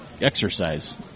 exercise